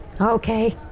Okay